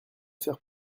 faire